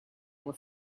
were